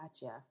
Gotcha